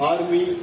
Army